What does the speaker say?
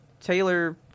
Taylor